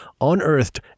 unearthed